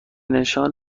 نشان